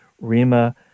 Rima